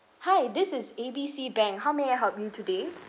hi this is A B C bank how may I help you today